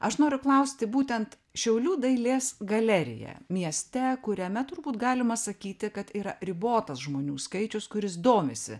aš noriu klausti būtent šiaulių dailės galerija mieste kuriame turbūt galima sakyti kad yra ribotas žmonių skaičius kuris domisi